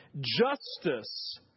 Justice